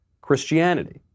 Christianity